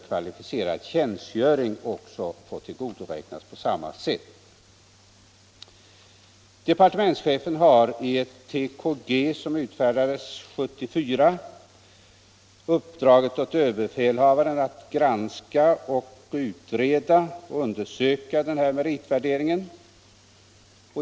Kvalificerad tjänstgöring bör också i merithänseende få tillgodoräknas efter samma grunder. Departementschefen har i ett tjänstemeddelande för krigsmakten, TKG, utfärdat år 1974, uppdragit åt överbefälhavaren att undersöka meritvärderingen.